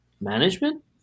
management